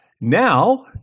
now